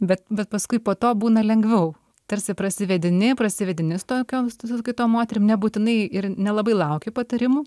bet bet paskui po to būna lengviau tarsi prasivedini prasivedinis tokio studijos kai to moterim nebūtinai ir nelabai lauki patarimų